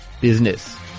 Business